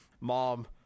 Mom